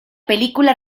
película